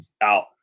Out